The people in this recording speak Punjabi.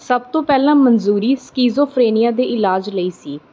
ਸਭ ਤੋਂ ਪਹਿਲਾਂ ਮਨਜ਼ੂਰੀ ਸਕਿਜ਼ੋਫਰੇਨੀਆ ਦੇ ਇਲਾਜ ਲਈ ਸੀ